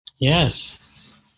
Yes